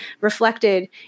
reflected